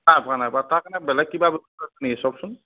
নাই পোৱা নাই বা তাৰ কাৰণে বেলেগ কিবা ব্যৱস্থা আছে নেকি চাওকচোন